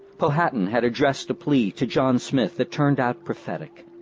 powhatan had addressed a plea to john smith that turned out prophetic.